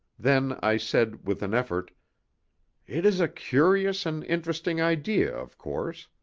then i said, with an effort it is a curious and interesting idea, of course.